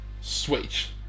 switch